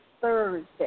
Thursday